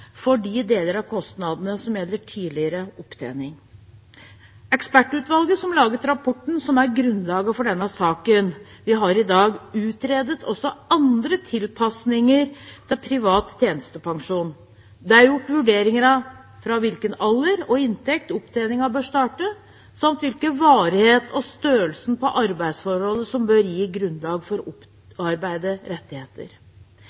for de deler av kostnadene som gjelder tidligere opptjening. Ekspertutvalget som laget rapporten som er grunnlaget for den saken vi har i dag, utredet også andre tilpasninger i privat tjenestepensjon. Det er gjort vurderinger av fra hvilken alder og inntekt inntjening bør starte, samt hvilken varighet og størrelse på arbeidsforholdet som bør gi grunnlag for